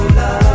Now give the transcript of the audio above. love